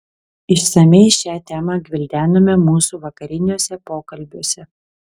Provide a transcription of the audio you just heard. išsamiai šią temą gvildenome mūsų vakariniuose pokalbiuose